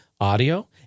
audio